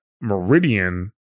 Meridian